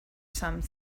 some